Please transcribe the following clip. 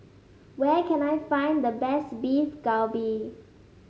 where can I find the best Beef Galbi